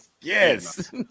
Yes